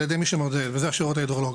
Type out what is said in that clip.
ידי מי שמודד וזה השירות ההידרולוגי.